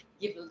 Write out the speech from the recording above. give